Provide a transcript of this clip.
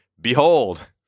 behold